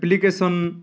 application